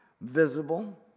visible